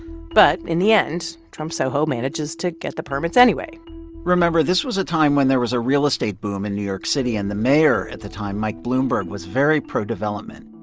but in the end, trump soho manages to get the permits anyway remember, this was a time when there was a real estate boom in new york city, and the mayor at the time, mike bloomberg, was very pro-development